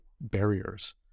barriers